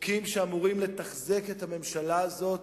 חוקים שאמורים לתחזק את הממשלה הזאת